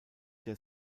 der